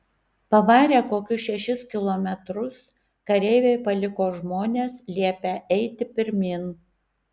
pavarę kokius šešis kilometrus kareiviai paliko žmones liepę eiti pirmyn